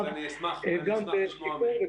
גם של צה"ל,